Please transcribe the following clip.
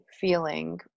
feeling